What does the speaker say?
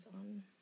On